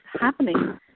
happening